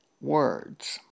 words